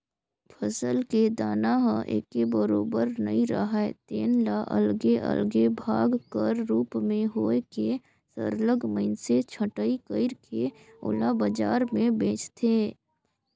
फसल के दाना ह एके बरोबर नइ राहय तेन ले अलगे अलगे भाग कर रूप में होए के सरलग मइनसे छंटई कइर के ओला बजार में बेंचथें